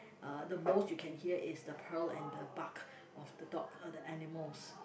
ah the most you can hear is the perk and the bark of the dog or the animals